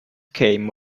came